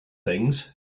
things